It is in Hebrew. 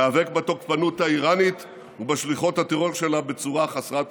ניאבק בתוקפנות האיראנית ובשליחות הטרור שלה בצורה חסרת פשרות,